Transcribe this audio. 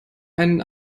einen